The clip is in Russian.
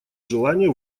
желание